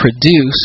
produce